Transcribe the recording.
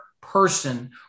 person